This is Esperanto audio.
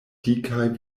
dikaj